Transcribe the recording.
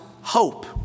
hope